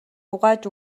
угааж